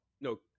no